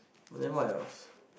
then what else